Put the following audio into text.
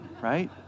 right